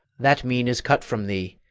that mean is cut from thee.